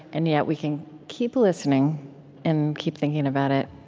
and yet we can keep listening and keep thinking about it